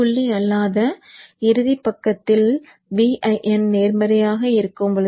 புள்ளி அல்லாத இறுதிப் பக்கத்தில் Vin நேர்மறையாக இருக்கும்போது